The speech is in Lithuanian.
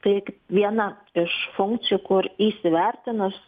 tai viena iš funkcijų kur įsivertinus